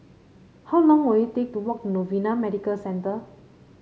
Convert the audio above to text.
how long will it take to walk Novena Medical Centre